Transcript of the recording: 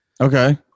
Okay